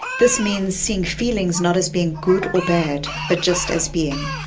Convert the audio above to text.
this means seeing feelings not as being good or bad, but just as being.